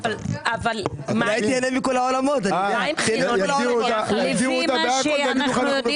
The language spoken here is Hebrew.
אחת הדרכים לעמוד ביעדים זה מכרזים ספציפיים שמיועדים